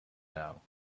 now